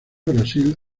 brasil